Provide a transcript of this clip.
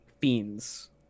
Fiends